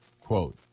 Quote